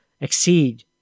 exceed